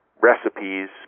recipes